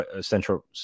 central